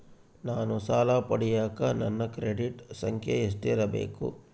ನಾನು ಸಾಲ ಪಡಿಯಕ ನನ್ನ ಕ್ರೆಡಿಟ್ ಸಂಖ್ಯೆ ಎಷ್ಟಿರಬೇಕು?